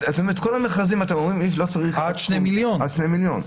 עד שני מיליון.